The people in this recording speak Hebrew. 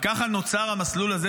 וככה נוצר המסלול הזה,